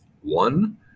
One